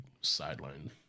sideline